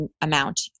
amount